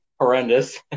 horrendous